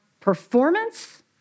performance